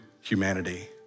humanity